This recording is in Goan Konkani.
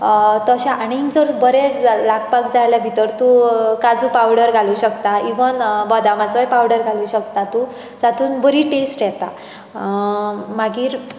तशें आनीक जर बरें जाल् लागपाक जाय जाल्यार भितर तूं काजू पावडर घालूंक शकता इवन बदामाचोय पावडर घालूंक शकता तूं जातून बरी टेस्ट येता मागीर